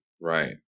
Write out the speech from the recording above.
right